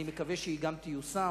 ואני מקווה שהיא גם תיושם.